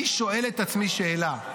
אני שואל את עצמי שאלה,